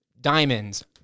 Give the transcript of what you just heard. diamonds